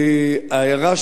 ההערה